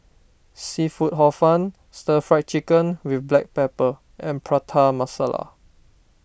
Seafood Hor Fun Stir Fried Chicken with Black Pepper and Prata Masala